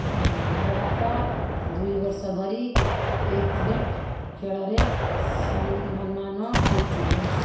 ଲଗାତର ଦୁଇ ବର୍ଷ ଧରି ଆଥଲେଟ୍ ଖେଳରେ ସମ୍ମାନ ପାଇଥିଲେ